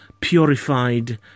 purified